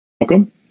welcome